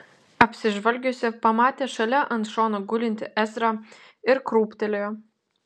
apsižvalgiusi pamatė šalia ant šono gulintį ezrą ir krūptelėjo